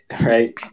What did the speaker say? right